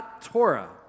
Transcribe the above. Torah